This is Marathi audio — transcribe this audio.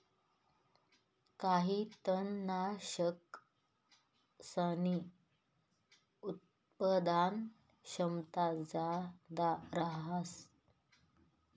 काही तननाशकसनी उत्पादन क्षमता जादा रहास